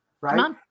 right